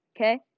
okay